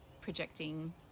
projecting